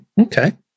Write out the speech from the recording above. okay